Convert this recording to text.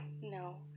No